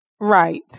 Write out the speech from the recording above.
right